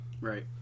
Right